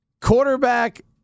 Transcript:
quarterback